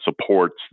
supports